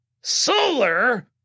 Solar